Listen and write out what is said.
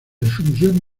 definición